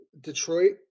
Detroit